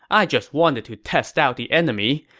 i just wanted to test out the enemy.